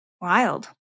Wild